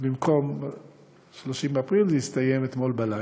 אז במקום ב-30 באפריל זה הסתיים אתמול בלילה.